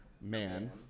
man